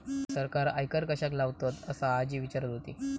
सरकार आयकर कश्याक लावतता? असा आजी विचारत होती